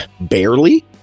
Barely